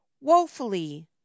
woefully